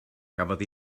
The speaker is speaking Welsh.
gafodd